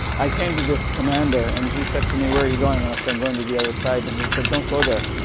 i came to this commander and he said to me, where are you going? and i said, i'm going to the other side. and he said, don't go there.